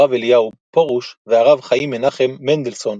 הרב אליהו פרוש והרב חיים מנחם מנדלסון,